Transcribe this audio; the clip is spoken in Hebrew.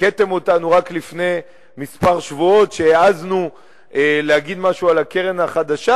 הלקיתם אותנו רק לפני שבועות מספר שהעזנו להגיד משהו על הקרן החדשה,